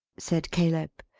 said caleb.